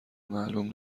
معلوم